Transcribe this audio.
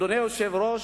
אדוני היושב-ראש,